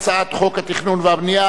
אני קובע שהצעת חוק הגנת הצרכן (תיקון,